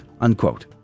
unquote